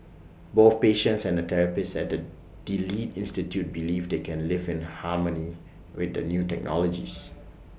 both patients and therapists at the delete institute believe they can live in harmony with the new technologies